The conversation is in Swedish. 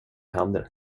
händer